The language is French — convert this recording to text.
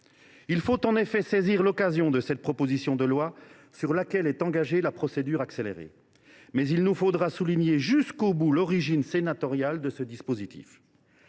S’il convient de saisir l’occasion de cette proposition de loi sur laquelle est engagée la procédure accélérée, nous soulignerons jusqu’au bout l’origine sénatoriale de ce dispositif.